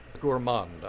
gourmand